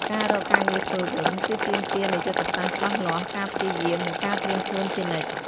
ការរកការងារធ្វើវិញ គឺទាមទារនូវយុទ្ធសាស្ត្រច្បាស់លាស់ ការព្យាយាម និងការត្រៀមខ្លួនជានិច្ច។